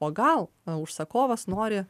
o gal užsakovas nori